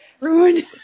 Ruined